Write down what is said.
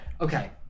okay